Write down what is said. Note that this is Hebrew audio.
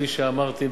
כפי שאמרתי,